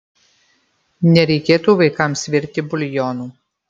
nereikėtų vaikams virti buljonų